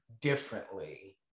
differently